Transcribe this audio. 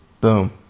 Boom